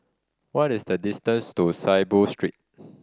what is the distance to Saiboo Street